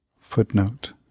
Footnote